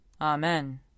amen